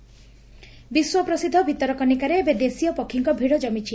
ଭିତରକନିକା ପକ୍ଷୀଗଣନା ବିଶ୍ୱପ୍ରସିଦ୍ଧ ଭିତରକନିକାରେ ଏବେ ଦେଶୀୟ ପକ୍ଷୀଙ୍କ ଭିଡ଼ ଜମିଛି